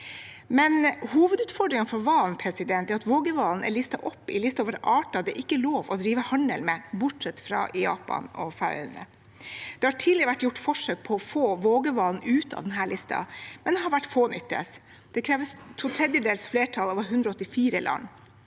hovedutfordringen for hvalen er at vågehvalen er på listen over arter det ikke er lov å drive handel med, bortsett fra i Japan og på Færøyene. Det har tidligere vært gjort forsøk på å få vågehvalen ut av denne listen. Det har vært fånyttes. Det kreves to tredjedels flertall av 184 land.